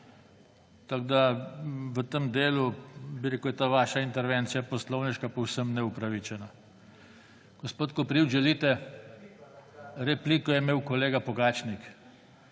Tako v tem delu, bi rekel, je ta vaša intervencija poslovniška povsem neupravičena. Gospod Koprivc, želite? / oglašanje iz dvorane/